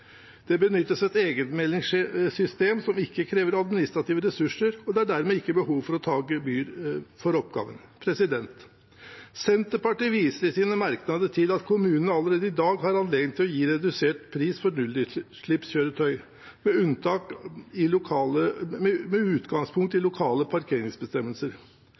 Det benyttes et egenmeldingssystem som ikke krever administrative ressurser, og det er dermed ikke behov for å ta gebyr for oppgaven. Senterpartiet viser i sine merknader til at kommunene allerede i dag har anledning til å gi redusert pris for nullutslippskjøretøyer med utgangspunkt i lokale parkeringsbestemmelser.